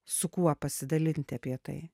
su kuo pasidalinti apie tai